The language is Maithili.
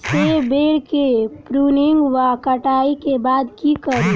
सेब बेर केँ प्रूनिंग वा कटाई केँ बाद की करि?